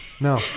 no